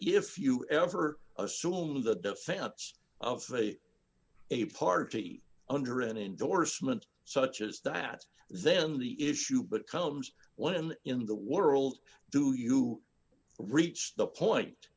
if you ever assume the defense of a party under an endorsement such as that then the issue but comes when in the world do you reach the point